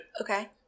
okay